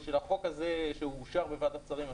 של החוק הזה, שאושר בוועדת שרים השבוע.